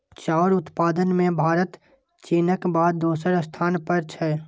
चाउर उत्पादन मे भारत चीनक बाद दोसर स्थान पर छै